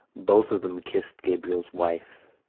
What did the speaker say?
both of them kissed gabriel's wife,